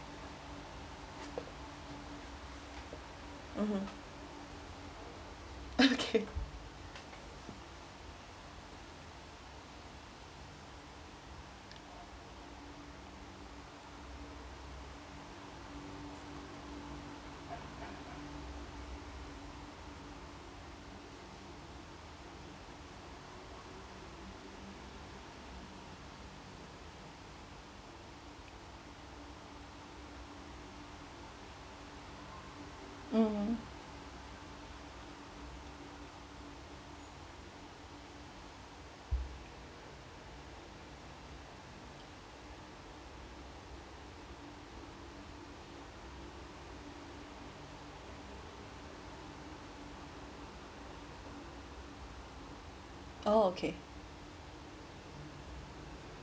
mmhmm okay mm oh okay